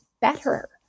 better